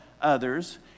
others